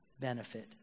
benefit